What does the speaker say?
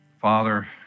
Father